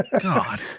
God